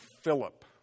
Philip